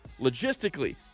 logistically